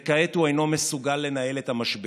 וכעת הוא אינו מסוגל לנהל את המשבר.